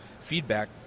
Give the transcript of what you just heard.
feedback